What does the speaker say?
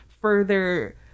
further